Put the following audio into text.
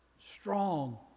strong